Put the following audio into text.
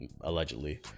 allegedly